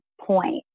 point